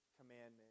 commandment